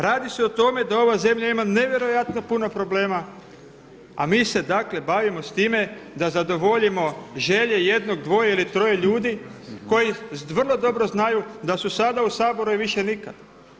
Radi se o tome da ova zemlja ima nevjerojatno puno problema, a mi se, dakle bavimo s time da zadovoljimo želje jednog, dvoje ili troje ljudi koji vrlo dobro znaju da su sada u Saboru i više nikad.